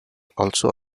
also